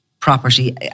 property